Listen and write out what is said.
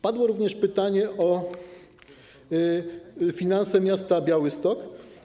Padło również pytanie o finanse miasta Białystok.